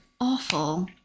Awful